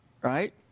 right